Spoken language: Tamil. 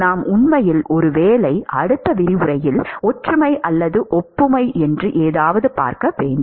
நாம் உண்மையில் ஒருவேளை அடுத்த விரிவுரையில் ஒற்றுமை அல்லது ஒப்புமை என்று ஏதாவது பார்க்க வேண்டும்